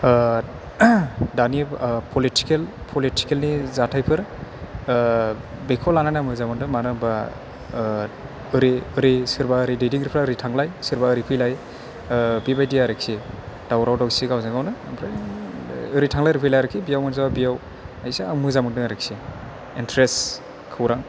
दानि political political नि जाथायफोर बेखौ लानानै आं मोजां मोनदों मानो होनबा ओरै ओरै सोरबा दैदेनगिरिफोरा ओरै थांलाय सोरबा ओरै फैलाय बेबादि आरोखि दावराव दावसि गावजों गावनो ओमफ्राय ओरै थांलाय ओरै फैलाय आरोखि बेव मोनजायाबा बेव इसे आं मोजां मोनो आरोखि इनट्रेस्ट खौरां